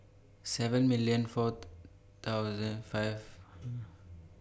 seven million forty thousand five